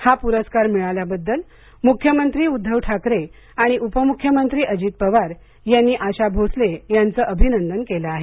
हा पुरस्कार मिळाल्याबद्दल मुख्यमंत्री उद्धव ठाकरे आणि उपमुख्यमंत्री अजित पवार यांनी अशा भोसले यांचं अभिनंदन केलं आहे